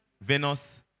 Venus